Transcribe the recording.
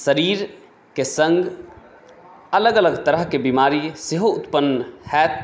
शरीरके सङ्ग अलग अलग तरहके बीमारी सेहो उत्पन्न हैत